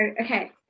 okay